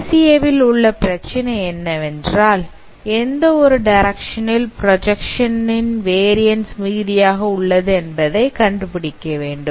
PCA வில் உள்ள பிரச்சனை என்னவென்றால் எந்த ஒரு டைரக்ஷனில் பிராஜக்சன் இன் வேரியன்ஸ் மிகுதியாக உள்ளது என்பதை கண்டுபிடிக்க வேண்டும்